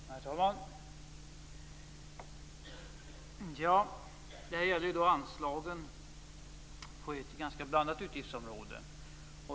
Herr talman! Här gäller det anslag på ett ganska blandat utgiftsområde.